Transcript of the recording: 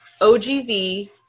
OGV